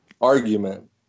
argument